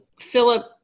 Philip